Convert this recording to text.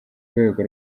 rwego